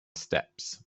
steps